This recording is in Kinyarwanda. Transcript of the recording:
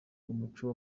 umuco